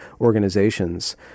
organizations